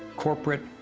corporate,